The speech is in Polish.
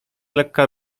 lekka